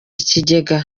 ikigega